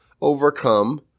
overcome